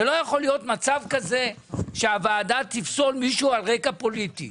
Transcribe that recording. כך שלא יכול להיות מצב שהוועדה תפסול מישהו על רקע פוליטי